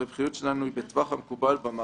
הרווחיות שלנו היא בטווח המקובל במערכת